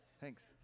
Thanks